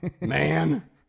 man